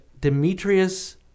Demetrius